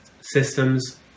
systems